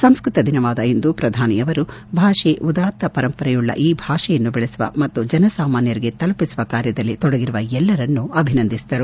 ಸಂಸ್ಕತ ದಿನವಾದ ಇಂದು ಪ್ರಧಾನಿ ಅವರು ಭಾಷೆ ಉದಾತ್ತ ಪರಂಪರೆಯುಳ್ಳ ಈ ಭಾಷೆಯನ್ನು ಬೆಳೆಸುವ ಮತ್ತು ಜನ ಸಾಮಾನ್ಯರಿಗೆ ತಲುಪಿಸುವ ಕಾರ್ಯದಲ್ಲಿ ತೊಡಗಿರುವ ಎಲ್ಲರನ್ನು ಅಭಿನಂದಿಸಿದರು